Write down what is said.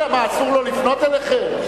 מה, אסור לו לפנות אליכם?